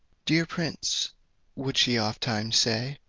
dear prince would she oftentimes say,